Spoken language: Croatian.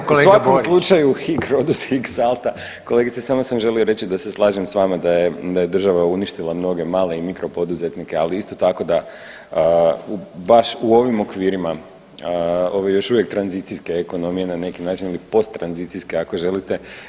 Dobro u svakom slučaju hic rhodus hic salta kolegice, samo sam želio reći da se slažem s vama da je država uništila mnoge male i mikro poduzetnike, ali isto tako da baš u ovim okvirima, ove još uvijek tranzicijske ekonomije na neki način ili post tranzicijske ako želite.